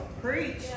Preach